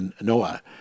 Noah